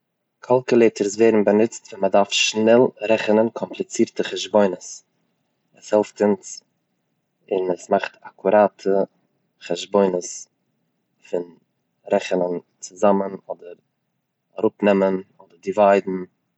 קאלקולעטערס ווערן באנוצט ווען מען דארף שנעל רעכענען קאמפליצירטע חשבונות, עס העלפט אונז און עס מאכט אקוראטע חשבונות פון רעכענען צוזאמען אדער אראפנעמען אדער דיוויידן.